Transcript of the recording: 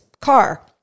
car